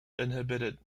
inhibited